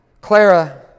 Clara